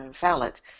valid